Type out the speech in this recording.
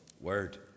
word